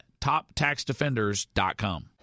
toptaxdefenders.com